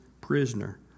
prisoner